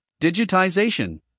digitization